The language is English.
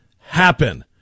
happen